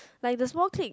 like if the small clip